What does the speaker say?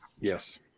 yes